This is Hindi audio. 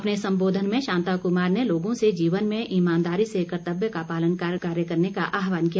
अपने संबोधन में शांता कुमार ने लोगों से जीवन में ईमानदारी से कर्तव्य का पालन कर कार्य करने का आहवान किया